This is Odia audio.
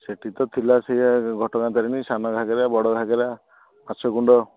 ସେଠି ତ ଥିଲା ସେୟା ଘଟଗାଁ ତାରିଣୀ ସାନଘାଗରା ବଡଘାଗରା ମାଛକୁଣ୍ଡ